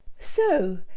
so,